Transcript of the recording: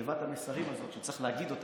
תיבת המסרים הזאת,